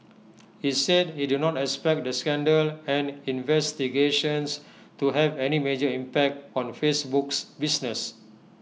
he said he did not expect the scandal and investigations to have any major impact on Facebook's business